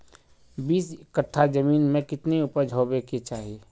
बीस कट्ठा जमीन में कितने उपज होबे के चाहिए?